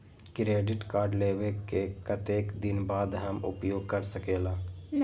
Credit card लेबे के कतेक दिन बाद हम उपयोग कर सकेला?